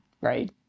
right